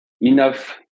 enough